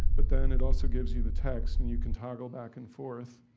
but then it also gives you the text and you can toggle back and forth.